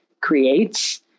creates